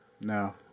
No